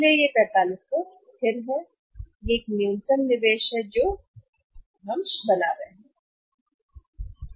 इसलिए यह 4500 स्थिर है यह एक न्यूनतम निवेश है जो हम कर रहे हैं बना रही है